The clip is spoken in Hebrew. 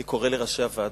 אני קורא לראשי הוועדות,